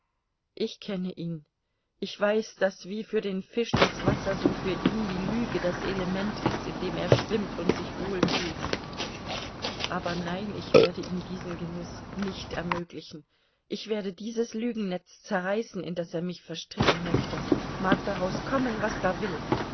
ich kenne ihn ich weiß daß wie für den fisch das wasser so für ihn die lüge das element ist in dem er schwimmt und sich wohlfühlt aber nein ich werde ihm diesen genuß nicht ermöglichen ich werde dieses lügennetz zerreißen in das er mich verstricken möchte mag daraus kommen was da will